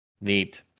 Neat